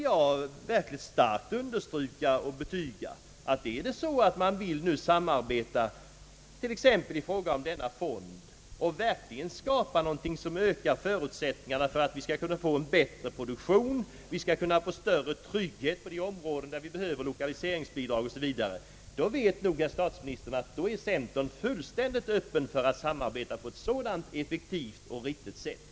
Ja, är det så att man nu vill samarbeta t.ex. i fråga om den näringspolitiska fonden och verkligen skapa någonting som ger bättre möjligheter åt produktionen, större trygghet i de områden där vi behöver lokaliseringsbidrag 0. S. V., då vill jag betyga för herr statsministern att centern är fullständigt öppen för att samarbeta på ett effektivt och riktigt sätt.